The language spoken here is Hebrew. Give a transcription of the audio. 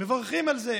הם מברכים על זה.